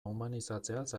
humanizatzeaz